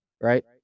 right